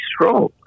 strong